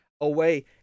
away